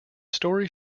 story